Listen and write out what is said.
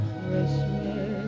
Christmas